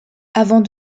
avant